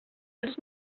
els